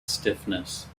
stiffness